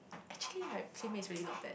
actually right PlayMade is really not bad